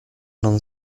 non